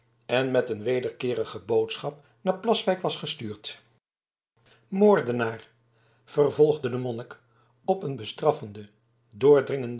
en met een wederkeerige boodschap naar plaswijk was gestuurd moordenaar vervolgde de monnik op een bestraffenden doordringenden